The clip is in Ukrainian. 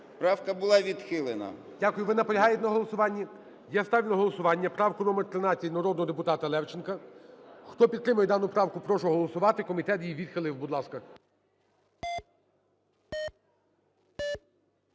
Правка була відхилена. ГОЛОВУЮЧИЙ. Дякую. Ви наполягаєте на голосуванні? Я ставлю на голосування правку номер 13 народного депутата Левченка. Хто підтримує дану правку, прошу голосувати. Комітет її відхилив. Будь ласка.